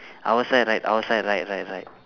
our side right our side right right right